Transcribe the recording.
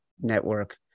Network